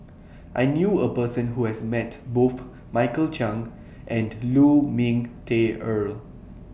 I knew A Person Who has Met Both Michael Chiang and Lu Ming Teh Earl